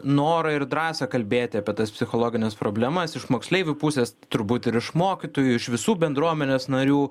norą ir drąsą kalbėti apie tas psichologines problemas iš moksleivių pusės turbūt ir iš mokytojų iš visų bendruomenės narių